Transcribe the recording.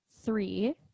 Three